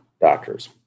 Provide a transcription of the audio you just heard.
Doctors